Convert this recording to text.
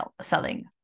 selling